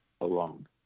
alone